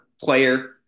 player